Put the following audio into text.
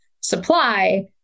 supply